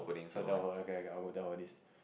so I tell her okay okay I go tell her this